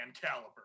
caliber